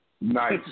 Nice